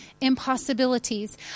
impossibilities